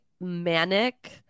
manic